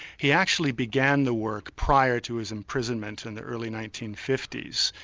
he actually began the work prior to his imprisonment in the early nineteen fifty s,